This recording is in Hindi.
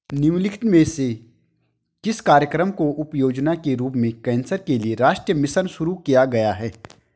निम्नलिखित में से किस कार्यक्रम को उपयोजना के रूप में कैंसर के लिए राष्ट्रीय मिशन शुरू किया गया है?